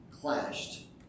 clashed